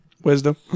Wisdom